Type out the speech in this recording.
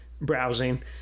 browsing